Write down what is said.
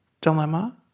dilemma